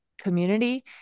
community